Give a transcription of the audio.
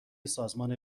سازمان